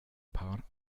paar